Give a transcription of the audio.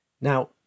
Now